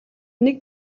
нэг